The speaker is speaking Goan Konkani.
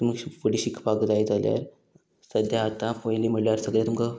तुमी फुडें शिकपाक जाय जाल्यार सद्द्यां आतां पयलीं म्हळ्यार सगळें तुमकां